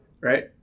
Right